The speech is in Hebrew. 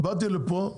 באתי לפה,